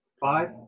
Five